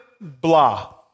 blah